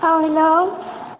औ हेल'